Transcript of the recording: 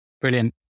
Brilliant